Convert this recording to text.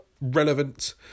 relevant